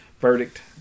Verdict